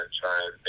try